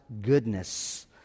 goodness